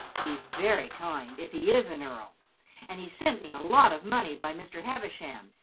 he's very kind, if he is an earl and he sent me a lot of money by mr. havisham,